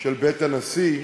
בית הנשיא,